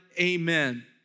Amen